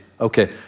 Okay